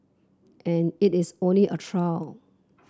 and it is only a trial